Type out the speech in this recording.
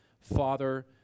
father